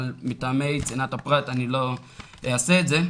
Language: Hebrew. אבל מטעמי צנעת הפרט אני לא אעשה את זה.